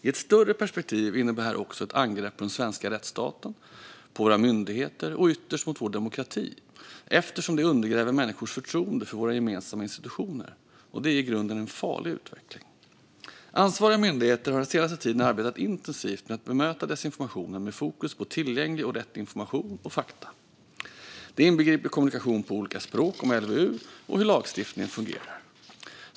I ett större perspektiv innebär det här också ett angrepp på den svenska rättsstaten, på våra myndigheter och ytterst mot vår demokrati eftersom det undergräver människors förtroende för våra gemensamma institutioner. Det är en farlig utveckling. Ansvariga myndigheter har den senaste tiden arbetat intensivt med att bemöta desinformationen med fokus på tillgänglig och rätt information och fakta. Det inbegriper kommunikation på olika språk om LVU och hur lagstiftningen fungerar.